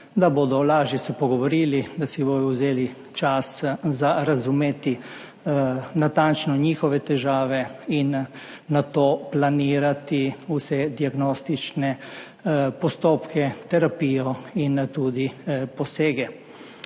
se bodo lažje pogovorili, da si bodo vzeli čas za natančno razumevanje njihovih težave in nato planirali vse diagnostične postopke, terapijo in tudi posege.